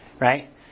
right